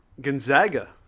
Gonzaga